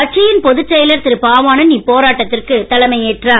கட்சியின் பொதுச் செயலர் திரு பாவாணன் இப்போராட்டத்திற்கு தலைமை ஏற்றார்